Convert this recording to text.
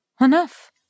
enough